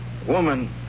Woman